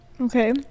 okay